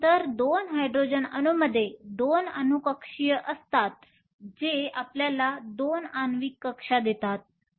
तर 2 हायड्रोजन अणूंमध्ये 2 अणू कक्षीय असतात जे आपल्याला 2 आण्विक कक्षा देतात